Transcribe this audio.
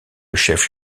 chef